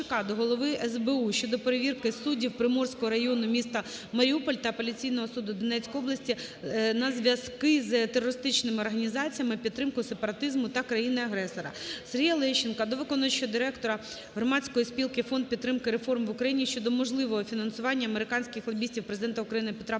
Сергія Лещенка до виконавчого директора громадської спілки "Фонд підтримки реформ в Україні" щодо можливого фінансування американських лобістів Президента України Петра Порошенка